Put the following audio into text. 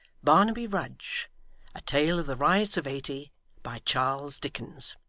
barnaby rudge a tale of the riots of eighty by charles dickens